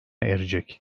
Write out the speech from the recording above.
erecek